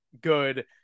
good